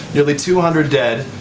nearly two hundred dead.